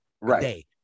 Right